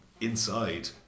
inside